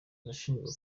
arashinjwa